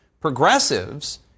progressives